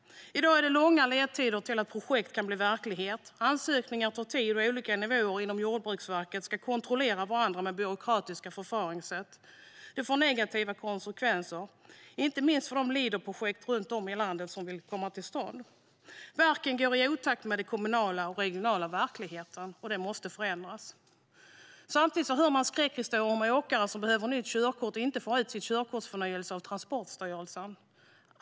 I dag är det långa ledtider fram till dess att projekt kan bli verklighet. Ansökningar tar tid, och olika nivåer inom Jordbruksverket ska kontrollera varandra med byråkratiska förfaringssätt. Det får negativa konsekvenser, inte minst för de projekt runt om i landet som vill komma till stånd. Verken går i otakt med den kommunala och regionala verkligheten. Det måste förändras. Samtidigt hör man skräckhistorier om åkare som behöver nytt körkort och inte får ut körkortsförnyelse av Transportstyrelsen.